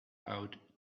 out